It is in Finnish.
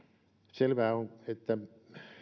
selvää on että